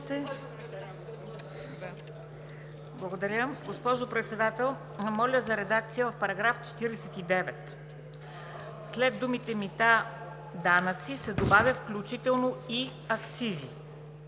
Благодаря. Госпожо Председател, моля за редакция в § 49. След думите „мита данъци“ се добавят „включително и акцизи“